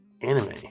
anime